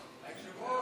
היושב-ראש,